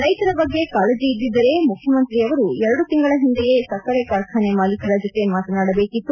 ರೈತರ ಬಗ್ಗೆ ಕಾಳಜಿ ಇದ್ದಿದ್ದರೆ ಮುಖ್ಯಮಂತ್ರಿಯವರು ಎರಡು ತಿಂಗಳ ಹಿಂದೆಯೇ ಸಕ್ಕರೆ ಕಾರ್ಖಾನೆ ಮಾಲಿಕರ ಜೊತೆ ಮಾತನಾದಬೇಕಿತ್ತು